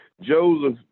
Joseph